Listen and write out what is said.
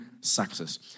success